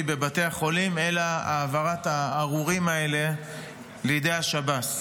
בבתי החולים אלא העברת הארורים האלה לידי השב"ס.